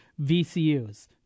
VCUs